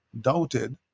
doubted